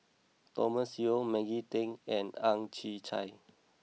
Thomas Yeo Maggie Teng and Ang Chwee Chai